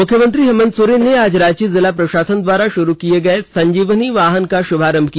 मुख्यमंत्री हेमन्त सोरेन ने आज रांची जिला प्रशासन द्वारा शुरू किए गए संजीवनी वाहन का शुभारंभ किया